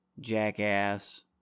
Jackass